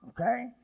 okay